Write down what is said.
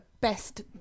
best